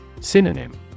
Synonym